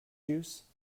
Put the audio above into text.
juice